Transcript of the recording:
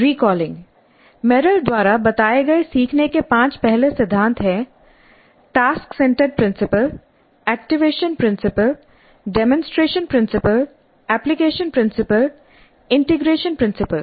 recalling Merrill द्वारा बताए गए सीखने के पांच पहले सिद्धांत हैं task centred principle activation principle demonstration principle application principle integration principal